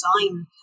design